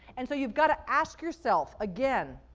and so you've got to ask yourself again,